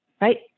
right